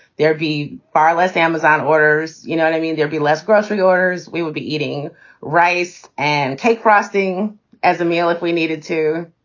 there'd be far less amazon orders, you know, and i mean, there'll be less grocery orders. we would be eating rice and cake frosting as a meal if we needed to.